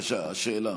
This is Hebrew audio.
חבר הכנסת, בבקשה, שאלה.